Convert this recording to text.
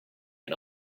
and